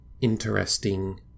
interesting